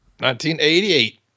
1988